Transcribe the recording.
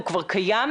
הוא כבר קיים,